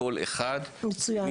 אני קשוב לכל אחד.